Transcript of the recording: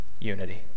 unity